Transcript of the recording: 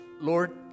Lord